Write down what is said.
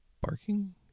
barking